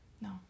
no